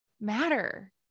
matter